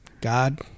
God